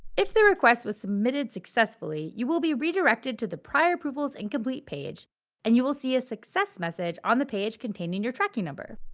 if the request was submitted successfully, you will be redirected to the prior approvals incomplete page and will see a success message on the page containing your tracking number.